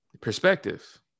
perspective